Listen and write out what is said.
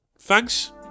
Thanks